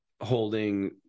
holding